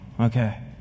Okay